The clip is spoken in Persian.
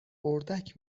اردک